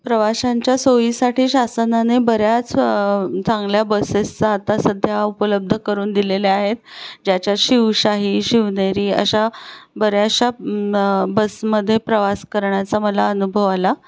प्रवाशांच्या सोयीसाठी शासनाने बऱ्याच चांगल्या बसेसचा आता सध्या उपलब्ध करून दिलेल्या आहेत ज्याच्यात शिवशाही शिवनेरी अशा बऱ्याचशा बसमध्ये प्रवास करण्याचा मला अनुभव आला